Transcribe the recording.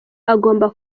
agomba